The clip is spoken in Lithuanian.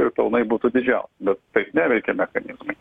ir pelnai būtų didžiausi bet taip neveikia mechanizmai